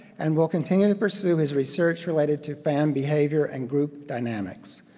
and will continue to pursue his research related to fan behavior and group dynamics.